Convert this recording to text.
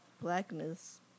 blackness